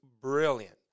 brilliant